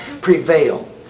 prevail